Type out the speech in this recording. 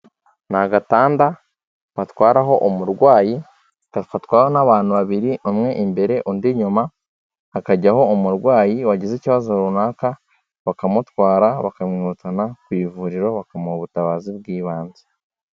Ni agatanda batwaraho umurwayi, gafatwaho n'abantu babiri bamwe imbere undi nyuma, hakajyaho umurwayi wagize ikibazo runaka bakamutwara, bakamwihutana ku ivuriro, bakamuha ubutabazi bw'ibanze.